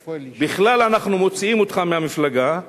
בכלל, אנחנו מוציאים אותך מהמפלגה,